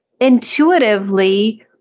intuitively